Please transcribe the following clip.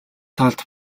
талд